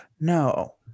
No